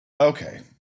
Okay